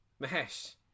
Mahesh